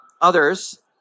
Others